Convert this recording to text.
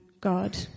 God